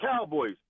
cowboys